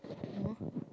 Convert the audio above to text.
no